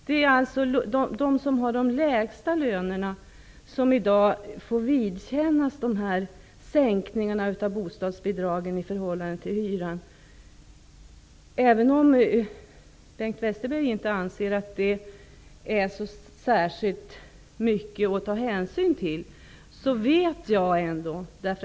De som har de lägsta lönerna får vidkännas de här sänkningarna av bostadsbidragen i förhållande till hyran. Även om Bengt Westerberg inte anser att det är särskilt mycket att ta hänsyn till vet jag hur det är.